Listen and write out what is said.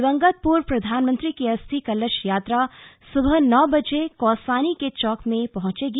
दिवंगत पूर्व प्रधानमंत्री की अस्थि कलश यात्रा सुबह नौ बजे कौसानी के चौक में पहंचेगी